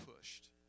pushed